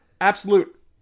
absolute